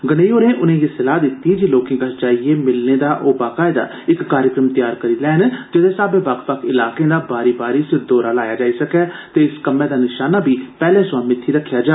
गर्नई होरें उनेंगी सलाह दिती जे लोकें कश जाइयै मिलने दा ओ बाकायदा इक कार्जक्रम तयार करी लैन जेदे साहबै बक्ख बक्ख इलाके दा बारी बारी दौरा लाया जाई सकै ते इस कम्मै दा नशाना बी पैहले सवा मित्थी रक्खेआ जा